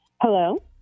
hello